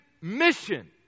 mission